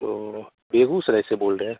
ओ बेगूसराय से बोल रहे हैं